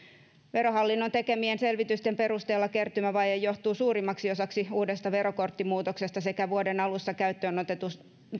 verohallinnon tekemien selvitysten perusteella kertymävaje johtuu suurimmaksi osaksi uudesta verokorttimuutoksesta sekä vuoden alussa käyttöön otetun